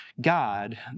God